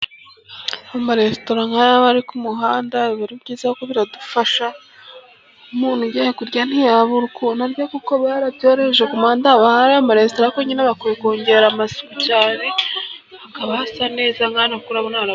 Amaresitora nkaya aba ari ku muhanda biba byiza kuko biradufasha, nk'umuntu ugiye kurya ntiyabura ukuntu arya kuko barabyoroheje ku muhanda haba hari amaresitora, kuko nyine bakwiye kongera amasuku cyane hakaba hasa neza.